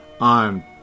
on